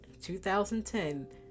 2010